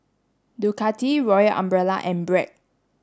Ducati Royal Umbrella and Bragg